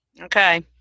Okay